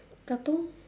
katong